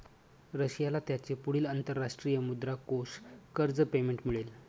रशियाला त्याचे पुढील अंतरराष्ट्रीय मुद्रा कोष कर्ज पेमेंट मिळेल